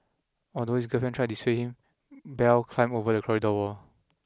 although his girlfriend tried to dissuade him Bell climbed over the corridor wall